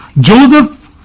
Joseph